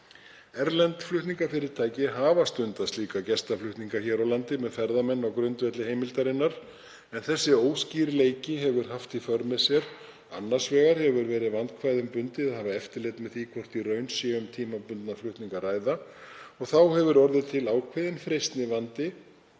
Erlend flutningafyrirtæki hafa stundað slíka gestaflutninga hér á landi með ferðamenn á grundvelli heimildarinnar en þessi óskýrleiki hefur haft í för með sér að annars vegar hefur verið vandkvæðum bundið að hafa eftirlit með því hvort í raun sé um tímabundna flutninga að ræða og þá hefur orðið til ákveðinn freistnivandi